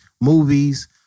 movies